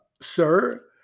sir